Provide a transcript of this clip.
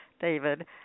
David